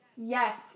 Yes